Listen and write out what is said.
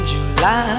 July